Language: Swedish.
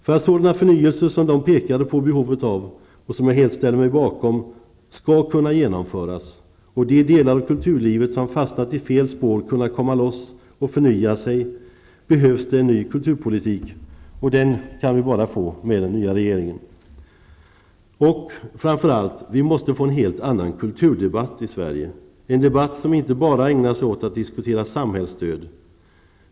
För att sådana förnyelser som de pekade på behovet av, och som jag helt ställer mig bakom, skall kunna genomföras och för att de delar av kulturlivet som fastnat i fel spår skall kunna komma loss och förnya sig behövs det en ny kulturpolitik och den kan vi bara få med den nya regeringen. Framför allt måste vi få en helt annan kulturdebatt i Sverige, en debatt där man inte bara ägnar sig åt att diskutera samhällsstöd.